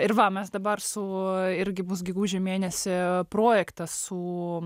ir va mes dabar su irgi bus gegužė mėnesį projektą su